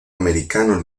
americano